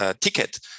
ticket